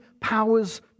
powers